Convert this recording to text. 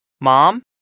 Mom